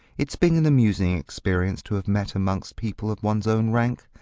it's been an amusing experience to have met amongst people of one's own rank,